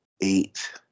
eight